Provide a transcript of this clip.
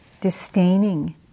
disdaining